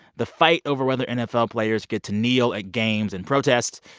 the fight over whether nfl players get to kneel at games in protest,